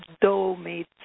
dough-made